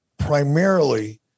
primarily